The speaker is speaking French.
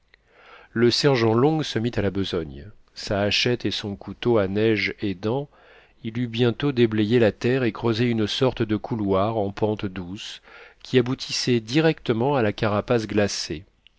le sergent long se mit à la besogne sa hachette et son couteau à neige aidant il eut bientôt déblayé la terre et creusé une sorte de couloir en pente douce qui aboutissait directement à la carapace glacée